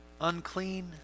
unclean